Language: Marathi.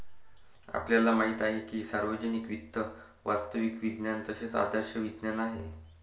आपल्याला माहित आहे की सार्वजनिक वित्त वास्तविक विज्ञान तसेच आदर्श विज्ञान आहे